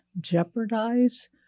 jeopardize